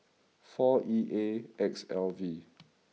four E A X L V